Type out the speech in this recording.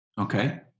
Okay